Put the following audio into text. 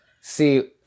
see